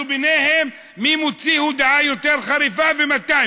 ביניהם מי מוציא הודעה יותר חריפה ומתי,